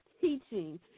teaching